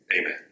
amen